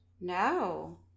No